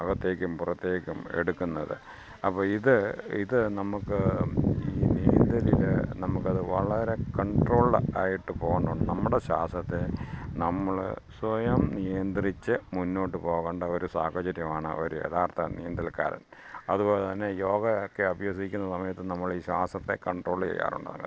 അകത്തേക്കും പുറത്തേക്കും എടുക്കുന്നത് അപ്പോൾ ഇത് ഇത് നമുക്ക് ഈ നീന്തലിന് നമുക്കത് വളരെ കണ്ട്രോൾഡ് ആയിട്ട് പോകണം നമ്മുടെ ശ്വാസത്തെ നമ്മൾ സ്വയം നിയന്ത്രിച്ച് മുന്നോട്ട് പോവേണ്ട ഒരു സാഹചര്യമാണ് അവർ യഥാർത്ഥ നീന്തൽക്കാരൻ അതുപോലെ തന്നെ യോഗ ഒക്കെ അഭ്യസിക്കുന്ന സമയത്തും നമ്മൾ ഈ ശ്വാസത്തെ കണ്ട്രോൾ ചെയ്യാറുണ്ടാവുന്നത്